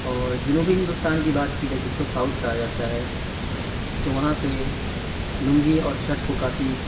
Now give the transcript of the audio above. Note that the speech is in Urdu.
اور جنوبی ہندوستان کی بات كی جائے جس كو ساؤتھ كہا جاتا ہے تو وہاں پہ لُنگی اور شرٹ كو كافی